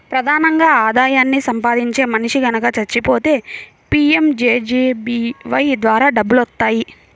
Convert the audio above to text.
ప్రధానంగా ఆదాయాన్ని సంపాదించే మనిషి గనక చచ్చిపోతే పీయంజేజేబీవై ద్వారా డబ్బులొత్తాయి